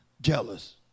jealous